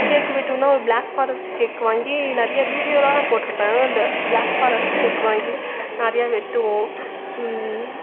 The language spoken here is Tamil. கேக்கு வெட்டுனோம் ஒரு ப்ளாக்ஃபாரஸ்ட் கேக் வாங்கி நிறைய வீடியோலாம் நான் போட்டுருப்பேன் அந்த ப்ளாக்ஃபாரஸ்ட் கேக் வாங்கி நிறைய வெட்டுவோம்